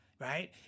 right